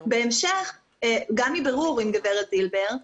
בהמשך, גם מבירור עם גברת דינה זילבר,